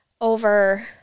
over